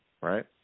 right